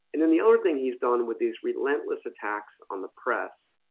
and then the other thing he's done with these relentless tax on the press